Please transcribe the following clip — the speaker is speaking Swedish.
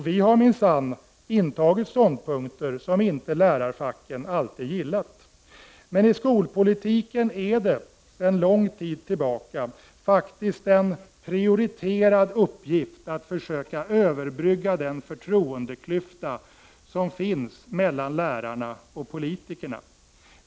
Vi har minsann intagit ståndpunkter som lärarfacken inte alltid har gillat. Men i skolpolitiken är det, sedan lång tid tillbaka, faktiskt en prioriterad uppgift att försöka överbrygga den förtroendeklyfta som finns mellan lärarna och politikerna.